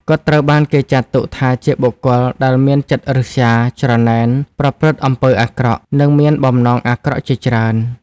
គាត់ត្រូវបានគេចាត់ទុកថាជាបុគ្គលដែលមានចិត្តឫស្យា ច្រណែន ប្រព្រឹត្តអំពើអាក្រក់ និងមានបំណងអាក្រក់ជាច្រើន។